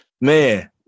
man